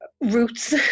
roots